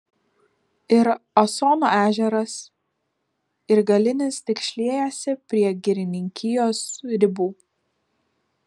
ir asono ežeras ir galinis tik šliejasi prie girininkijos ribų